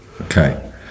Okay